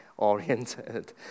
oriented